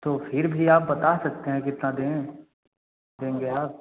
तो फिर भी आप बता सकते हैं कितना दे देंगे आप